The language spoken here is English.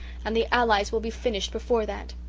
and the allies will be finished before that.